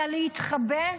אלא להתחבא,